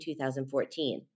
2014